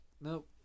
Nope